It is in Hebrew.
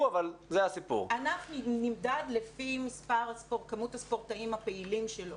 ענף נמדד לפי כמות הספורטאים הפעילים שלו.